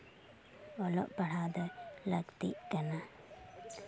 ᱚᱞᱚᱜ ᱯᱟᱲᱦᱟᱜ ᱫᱚ ᱞᱟᱹᱠᱛᱤᱜ ᱠᱟᱱᱟ